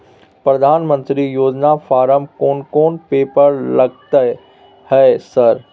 प्रधानमंत्री योजना फारम कोन कोन पेपर लगतै है सर?